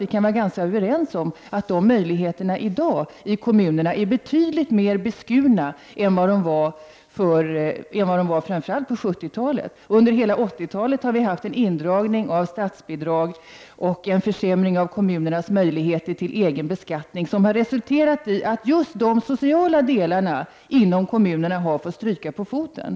Vi kan vara överens om att de möjligheterna i kommunerna i dag är betydligt mer beskurna än de var framför allt under 70-talet. Under hela 80-talet har det skett en indragning av statsbidrag och en försämring av kommunernas möjligheter till egen beskattning, vilket har resulterat i att just de sociala delarna inom kommunerna har fått stryka på foten.